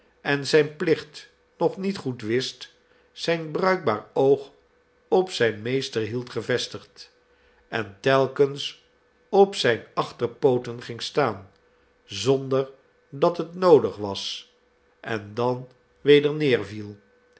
en zijn plicht nog niet goed wist zijn bruikbaar oog op zijn meester hield gevestigd en telkens op zijne achterpooten ging staan zonder dat het noodig was en dan weder neerviel